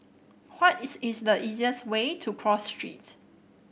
what is is the easiest way to Cross Street